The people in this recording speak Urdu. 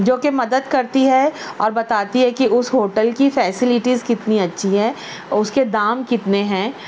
جو کہ مدد کرتی ہے اور بتاتی ہے کہ اس ہوٹل کی فیسلیٹیز کتنی اچھی ہے اس کے دام کتنے ہیں